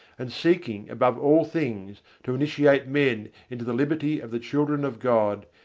and seeking above all things to initiate men into the liberty of the children of god,